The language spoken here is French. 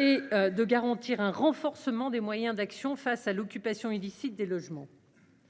Et de garantir un renforcement des moyens d'action face à l'occupation illicite des logements.